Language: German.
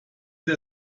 der